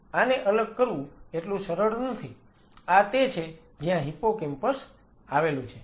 આને અલગ કરવું એટલું સરળ નથી આ તે છે જ્યાં હિપ્પોકેમ્પસ આવેલું છે